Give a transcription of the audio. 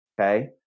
okay